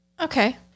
Okay